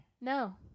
No